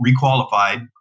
requalified